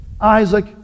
Isaac